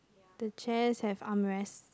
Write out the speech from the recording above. the chairs have armrest